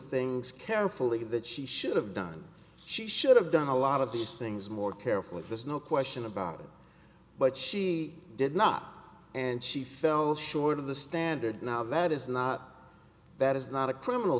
things carefully that she should have done she should have done a lot of these things more carefully there's no question about it but she did not and she fell short of the standard now that is not that is not a criminal